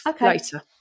later